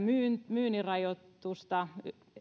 myynnin rajoitusta